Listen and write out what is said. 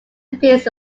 appears